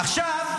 עכשיו,